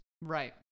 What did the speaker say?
Right